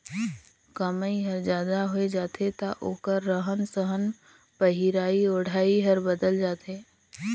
कमई हर जादा होय जाथे त ओखर रहन सहन पहिराई ओढ़ाई हर बदलत जाथे